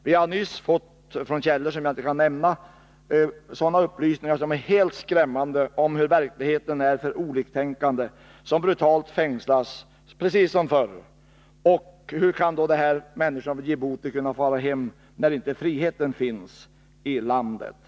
Vi har nyss från källor som jag inte kan nämna fått helt skrämmande upplysningar om hurudan verkligheten är för oliktänkande, om hur de brutalt fängslas precis som förr. Hur skall människorna i lägren i Djibouti kunna fara hem, när det inte finns någon frihet i landet?